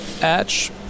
edge